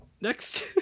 Next